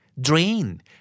Drain